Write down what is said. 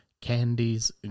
candies